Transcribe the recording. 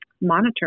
monitor